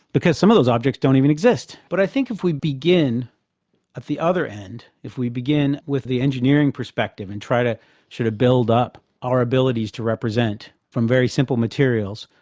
because some of those objects don't even exist. but i think if we begin at the other end, if we begin with the engineering perspective and try to build up our abilities to represent from very simple materials,